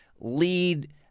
lead